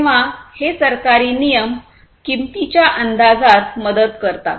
तेव्हा हे सरकारी नियम किमतीच्या अंदाजात मदत करतात